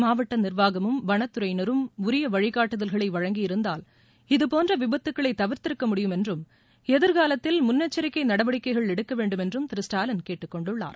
மாவட்ட நிர்வாகமும் வனத்துறையினரும் உரிய வழிக்காட்டுதல்களை வழங்கியிருந்தால் இதபோன்ற விபத்துக்களை தவிர்த்திருக்க முடியும் என்றும் எதிர்காவாத்தில் முன்னேச்சரிக்கை நடவடிக்கைகள் எடுக்க வேண்டும் என்றும் திரு ஸ்டாலின் கேட்டுக்கொண்டுள்ளார்